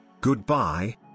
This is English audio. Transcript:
Goodbye